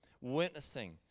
witnessing